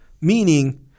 meaning